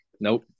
Nope